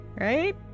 Right